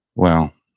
well,